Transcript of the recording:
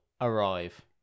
arrive